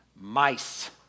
mice